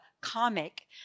comic